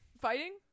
fighting